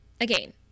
Again